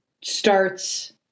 starts